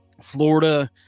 florida